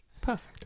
Perfect